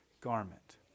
garment